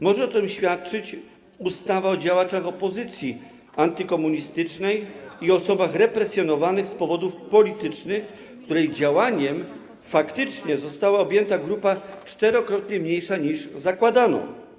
Może o tym świadczyć ustawa o działaczach opozycji antykomunistycznej i osobach represjonowanych z powodów politycznych, której działaniem została faktycznie objęta grupa czterokrotnie mniejsza niż zakładano.